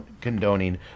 condoning